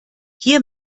hier